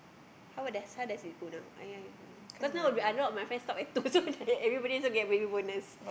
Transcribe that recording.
how does how does it go down I I don't know cause now I'll be I a lot of my friends stop at two so they everybody also get baby bonus